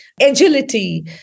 agility